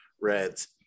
Reds